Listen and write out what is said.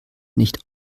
nicht